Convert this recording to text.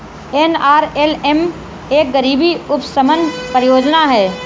NRLM एक गरीबी उपशमन परियोजना है